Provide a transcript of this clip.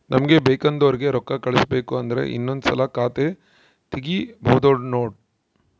ನಮಗೆ ಬೇಕೆಂದೋರಿಗೆ ರೋಕ್ಕಾ ಕಳಿಸಬೇಕು ಅಂದ್ರೆ ಇನ್ನೊಂದ್ಸಲ ಖಾತೆ ತಿಗಿಬಹ್ದ್ನೋಡು